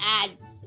ads